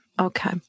Okay